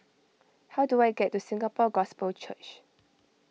how do I get to Singapore Gospel Church